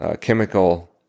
chemical